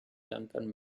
lankan